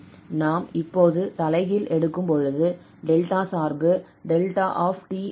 நாம் இப்போது தலைகீழ் எடுக்கும் பொழுது டெல்டா சார்பு 𝛿𝑡 உள்ளது